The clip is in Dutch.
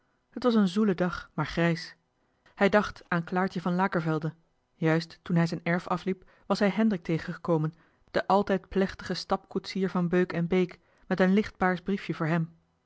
het was een zoele dag maar grijs hij dacht aan claartje van lakervelde juist toen hij zijn erf afliep was hij hendrik tegengekomen den altijd plechtigen stapkoetsier van beuk en beek met een lichtpaars briefje voor hem